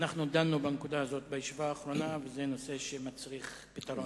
דנו בנקודה הזאת בישיבה האחרונה וזה נושא שמצריך פתרון,